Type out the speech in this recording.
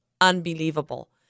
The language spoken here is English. unbelievable